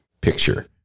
picture